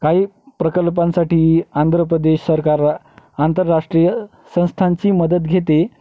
काही प्रकल्पांसाठी आंध्र प्रदेश सरकार आंतरराष्ट्रीय संस्थांची मदत घेते